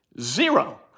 Zero